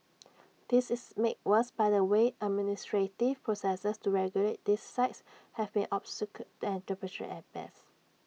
this is made worse by the way administrative processes to regulate these sites have been obscure and arbitrary at best